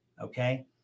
Okay